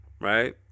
Right